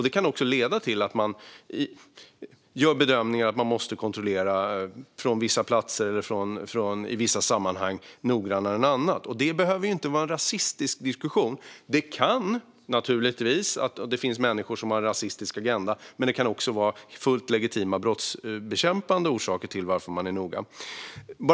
Det kan leda till att man gör bedömningen att man måste kontrollera människor från vissa platser eller i vissa sammanhang noggrannare än andra. Detta behöver inte vara en rasistisk diskussion. Det kan naturligtvis finnas människor som har en rasistisk agenda, men det kan också finnas fullt legitima brottsbekämpningsorsaker till att man är noga.